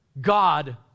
God